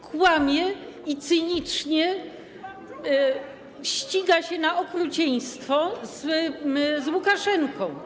Kłamie i cynicznie ściga się na okrucieństwo z Łukaszenką.